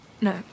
No